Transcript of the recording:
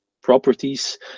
properties